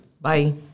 Bye